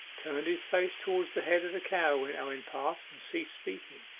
turned his face towards the head of the cow when owen passed, and ceased speaking.